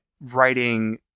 writing